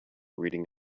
reading